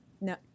No